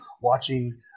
watching